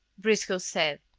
briscoe said,